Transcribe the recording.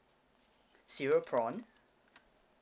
cereal prawn